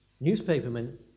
Newspapermen